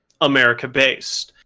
America-based